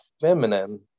feminine